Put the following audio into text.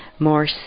more